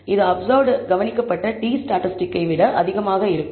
இது அப்சர்வ்ட் கவனிக்கப்பட்ட t ஸ்டாட்டிஸ்டிக்கை விட அதிகமாக இருக்கும்